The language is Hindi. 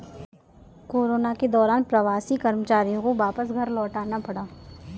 कोरोना के दौरान प्रवासी कर्मचारियों को वापस घर लौटना पड़ा